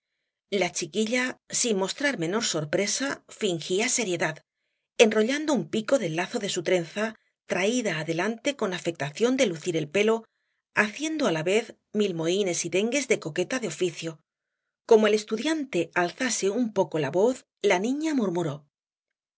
la chiquilla sin mostrar la menor sorpresa fingía seriedad enrollando un pico del lazo de su trenza traída adelante con afectación de lucir el pelo haciendo á la vez mil mohines y dengues de coqueta de oficio como el estudiante alzase un poco la voz la niña murmuró